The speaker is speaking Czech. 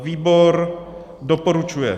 Výbor doporučuje.